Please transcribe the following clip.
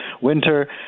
winter